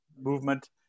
movement